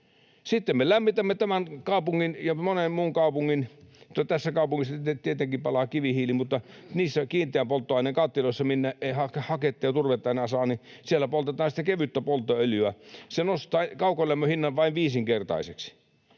Sitten me lämmitämme tämän kaupungin ja monen muun kaupungin — tässä kaupungissa tietenkin palaa kivihiili — polttamalla niissä kiinteän polttoaineen kattiloissa, minne ei haketta ja turvetta enää saada, kevyttä polttoöljyä. Se nostaa kaukolämmön hinnan vain viisinkertaiseksi.